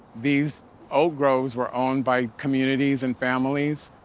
these oak groves were owned by communities and families.